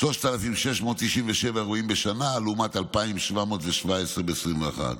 3,697 אירועים בשנה לעומת 2,717 ב-2021.